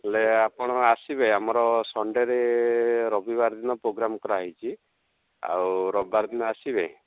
ହେଲେ ଆପଣ ଆସିବେ ଆମର ସଣ୍ଡେରେ ରବିବାର ଦିନ ପୋଗ୍ରାମ୍ କରାହେଇଛି ଆଉ ରବିବାର ଦିନ ଆସିବେ